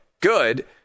good